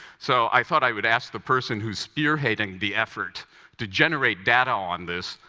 so i thought i would ask the person who's spearheading the effort to generate data on this,